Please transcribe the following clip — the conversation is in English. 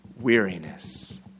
weariness